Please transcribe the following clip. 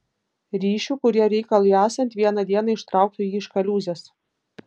ryšių kurie reikalui esant vieną dieną ištrauktų jį iš kaliūzės